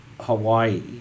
Hawaii